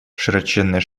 широченные